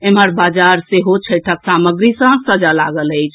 एम्हर बाजार सेहो छठिक सामग्री सभ सॅ सजए लागल अछि